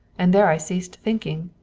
and there i ceased thinking.